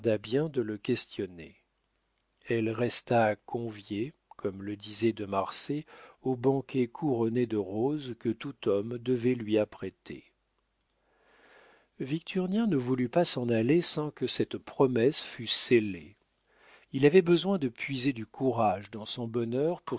de le questionner elle resta conviée comme le disait de marsay au banquet couronné de roses que tout homme devait lui apprêter victurnien ne voulut pas s'en aller sans que cette promesse fût scellée il avait besoin de puiser du courage dans son bonheur